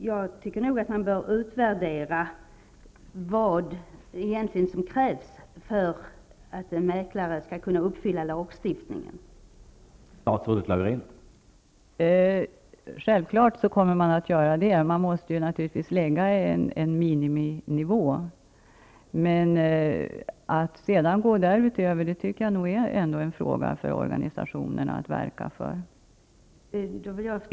Jag tycker att man bör utvärdera vad som egentligen skall krävas för att en mäklare skall motsvara lagstiftningens anspråk.